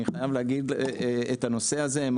זה קרה בחמש-עשר השנים האחרונות,